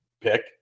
pick